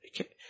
Okay